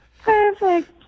Perfect